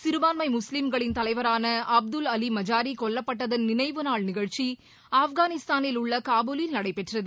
சிறபான்மை முஸ்லீம்களின் தலைவரான அப்துல் அலி மஜாரி கொல்லப்பட்டதன் நினைவு நாள் நிகழ்ச்சி ஆப்கானிதானில் உள்ள காபூலில் நடைபெற்றது